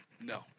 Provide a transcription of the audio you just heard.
No